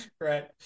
Right